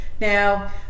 Now